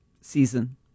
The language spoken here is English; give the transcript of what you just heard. season